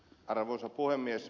arvoisa puhemies